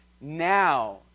Now